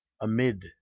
amid